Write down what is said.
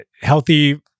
healthy